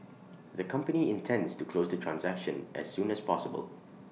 the company intends to close the transaction as soon as possible